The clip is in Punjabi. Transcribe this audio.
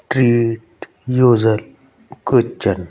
ਸਟ੍ਰੀਟਲੂਜਰਕੂਚਨ